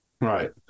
Right